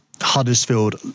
Huddersfield